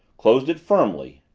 closed it firmly,